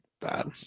bad